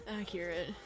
accurate